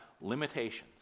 limitations